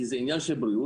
כי זה עניין של בריאות,